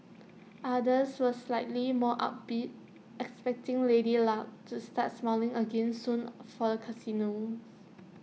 others were slightly more upbeat expecting lady luck to start smiling again soon for the casinos